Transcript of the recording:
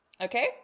Okay